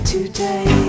Today